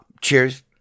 cheers